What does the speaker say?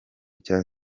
cya